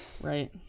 Right